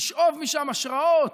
לשאוב משם השראות.